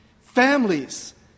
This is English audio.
Families